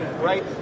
right